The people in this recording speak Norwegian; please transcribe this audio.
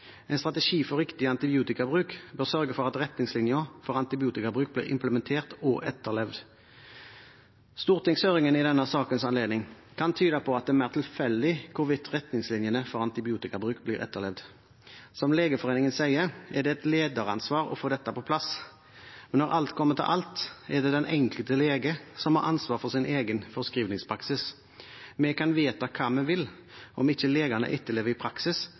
En strategi for riktig antibiotikabruk bør sørge for at retningslinjene for antibiotikabruk blir implementert og etterlevd. Stortingshøringen i sakens anledning kan tyde på at det er mer tilfeldig hvorvidt retningslinjene for antibiotikabruk blir etterlevd. Som Legeforeningen sier, er det et lederansvar å få dette på plass, men når alt kommer til alt, er det den enkelte lege som har ansvar for sin egen forskrivningspraksis. Vi kan vedta hva vi vil, men om ikke legene etterlever det i praksis,